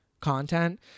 content